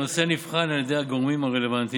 הנושא נבחן על ידי הגורמים הרלוונטיים